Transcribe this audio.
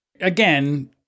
Again